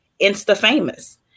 insta-famous